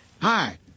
Hi